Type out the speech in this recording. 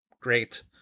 great